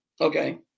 okay